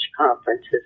conferences